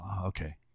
Okay